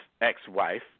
ex-wife